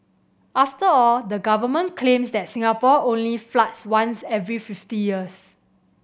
after all the government claims that Singapore only floods once every fifty years